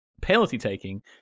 penalty-taking